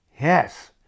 Yes